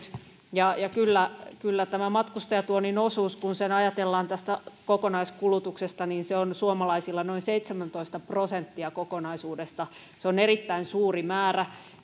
lisääntynyt ja kyllä kyllä tämä matkustajatuonnin osuus kun sitä ajatellaan tästä kokonaiskulutuksesta on suomalaisilla noin seitsemäntoista prosenttia kokonaisuudesta se on erittäin suuri määrä